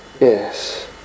yes